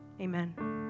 amen